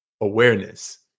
awareness